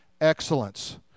excellence